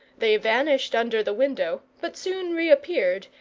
they vanished under the window, but soon reappeared,